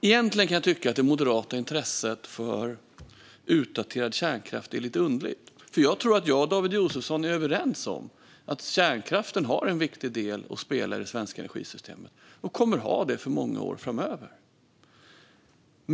Jag kan tycka att det moderata intresset för utdaterad kärnkraft är lite underligt. Jag tror nämligen att jag och David Josefsson är överens om att kärnkraften har och kommer att ha en viktig roll att spela i det svenska energisystemet under många år framöver.